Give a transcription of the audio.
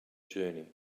journey